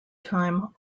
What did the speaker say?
time